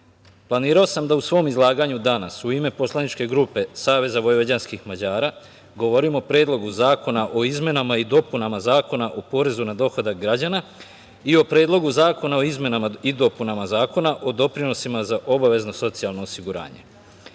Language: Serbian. planirao sam da u svom izlaganju danas, u ime poslaničke grupe Saveza vojvođanskih Mađara, govorim o Predlogu zakona o izmenama i dopunama Zakona o porezu na dohodak građana i o Predlogu zakona o izmenama i dopunama Zakona o doprinosima za obavezno socijalno osiguranje. Pre